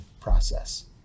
process